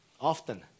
Often